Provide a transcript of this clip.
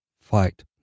fight